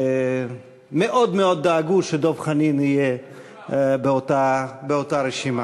מאוד מאוד דאגו שדב חנין יהיה באותה רשימה.